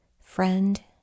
friend